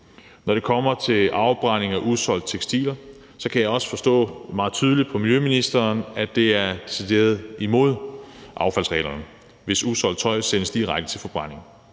Når det kommer til afbrænding af usolgte tekstiler, kan jeg også forstå meget tydeligt på miljøministeren, at det er decideret imod affaldsreglerne, hvis usolgt tøj sendes direkte til forbrænding.